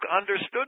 understood